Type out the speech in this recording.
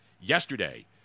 yesterday